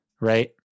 right